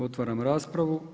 Otvaram raspravu.